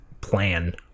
plan